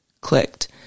clicked